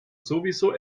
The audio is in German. sowieso